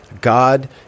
God